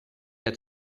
had